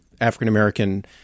African-American